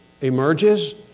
emerges